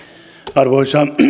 arvoisa